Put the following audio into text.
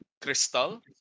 crystal